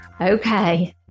Okay